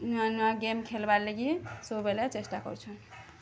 ନୂଆ ନୂଆ ଗେମ୍ ଖେଲ୍ବାର୍ ଲାଗି ସବୁବେଲେ ଚେଷ୍ଟା କରୁଛନ୍